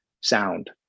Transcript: sound